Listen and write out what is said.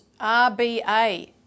RBA